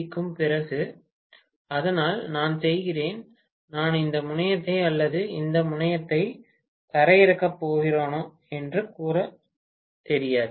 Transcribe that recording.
க்கும் பிறகு அதனால் நான் செய்கிறேன் நான் இந்த முனையத்தை அல்லது இந்த முனையத்தை தரையிறக்கப் போகிறேனா என்று கூட தெரியாது